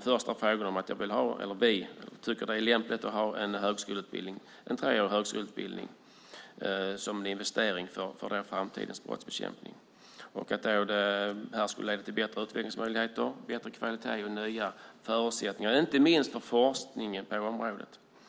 första fråga handlar om. Vi tycker att det är lämpligt att ha en treårig högskoleutbildning som en investering för framtidens brottsbekämpning. Det skulle leda till bättre utvecklingsmöjligheter, bättre kvalitet och nya förutsättningar, inte minst för forskningen på området.